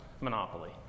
monopoly